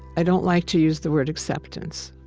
i don't like to use the word acceptance,